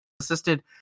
assisted